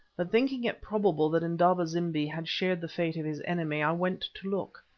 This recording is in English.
but thinking it probable that indaba-zimbi had shared the fate of his enemy, i went to look.